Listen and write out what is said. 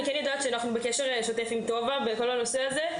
אני כן יודעת שאנחנו בקשר שוטף עם טובה בנושא הזה.